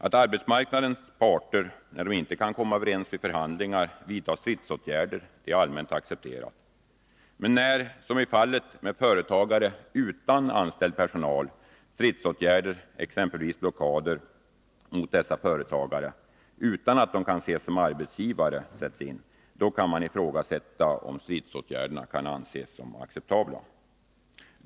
Att arbetsmarknadens parter, när de inte kan komma överens vid förhandlingar, vidtar stridsåtgärder är allmänt accepterat. Men när, som i fallet med företagare utan anställd personal, stridsåtgärder — exempelvis blockader — vidtas mot dessa företagare utan att de är arbetsgivare, kan det ifrågasättas om stridsåtgärden kan anses acceptabel.